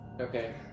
Okay